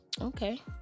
Okay